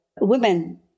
women